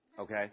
okay